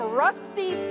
rusty